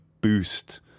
boost